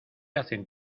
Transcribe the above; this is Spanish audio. hacen